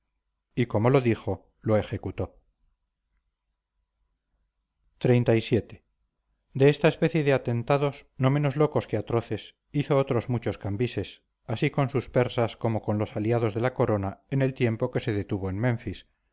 y como lo dijo lo ejecutó xxxvii de esta especie de atentados no menos locos que atroces hizo otros muchos cambises así con sus persas como con los aliados de la corona en el tiempo que se detuvo en menfis